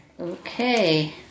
Okay